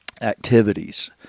activities